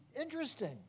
interesting